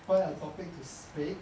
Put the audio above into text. find a topic to speak